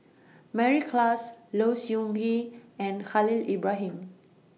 Mary Klass Low Siew Nghee and Khalil Ibrahim